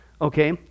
okay